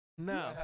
No